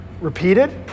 repeated